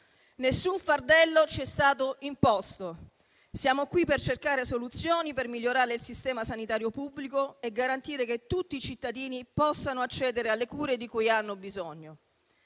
Nessun fardello ci è stato imposto. Siamo qui per cercare soluzioni, per migliorare il sistema sanitario pubblico e garantire che tutti i cittadini possano accedere alle cure di cui hanno bisogno.